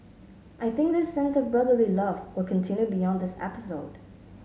I think this sense of brotherly love will continue beyond this episode